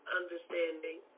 understanding